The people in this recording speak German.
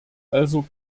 also